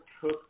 cook